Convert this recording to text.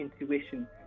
intuition